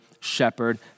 shepherd